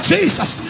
Jesus